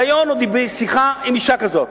ריאיון ושיחה עם האשה הזאת.